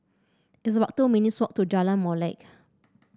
it's about two minutes' walk to Jalan Molek